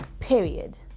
period